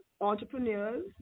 entrepreneurs